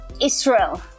Israel